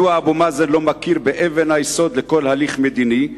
מדוע אבו מאזן לא מכיר באבן היסוד לכל הליך מדיני,